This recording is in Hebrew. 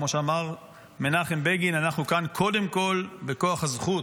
כמו שאמר מנחם בגין: אנחנו כאן קודם כול בכוח הזכות,